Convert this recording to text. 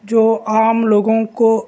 جو عام لوگوں کو